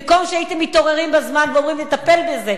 אם הייתם מתעוררים בזמן ואומרים: נטפל בזה,